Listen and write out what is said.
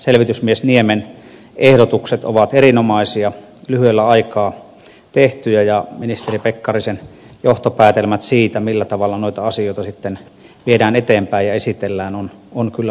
selvitysmies niemen ehdotukset ovat erinomaisia lyhyellä aikaa tehtyjä ja ministeri pekkarisen johtopäätelmät siitä millä tavalla noita asioita sitten viedään eteenpäin ja esitellään ovat kyllä paikallaan